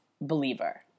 believer